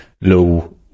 low